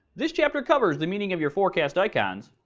this chapter covers the meaning of your forecast icons,